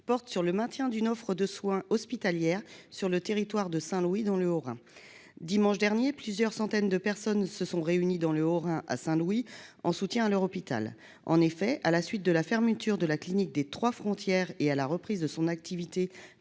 porte sur le maintien d'une offre de soins hospitaliers sur le territoire de Saint-Louis dans le Haut-Rhin. Dimanche dernier, plusieurs centaines de personnes se sont réunies sur ce territoire en soutien à leur hôpital. En effet, à la suite de la fermeture de la clinique des Trois-Frontières et de la reprise de son activité